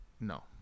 No